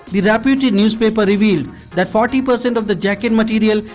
the reputed newspaper revealed that forty per cent of the jacket material,